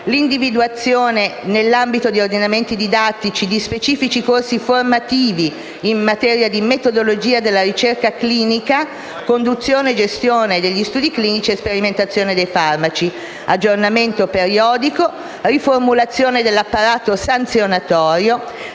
l'individuazione, nell'ambito degli ordinamenti didattici, di specifici percorsi formativi in materia di metodologia della ricerca clinica, conduzione e gestione degli studi clinici e sperimentazione dei farmaci; l'aggiornamento periodico; la riformulazione dell'apparato sanzionatorio;